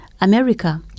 America